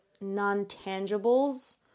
non-tangibles